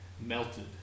melted